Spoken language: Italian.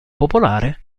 popolare